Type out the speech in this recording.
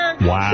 Wow